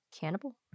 cannibal